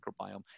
microbiome